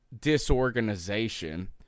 disorganization